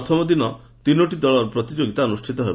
ପ୍ରଥମ ଦିନ ତିନୋଟି ଦଳର ପ୍ରତିଯୋଗିତା ଅନୁଷିତ ହେବ